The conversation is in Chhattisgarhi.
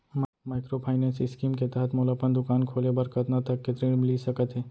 माइक्रोफाइनेंस स्कीम के तहत मोला अपन दुकान खोले बर कतना तक के ऋण मिलिस सकत हे?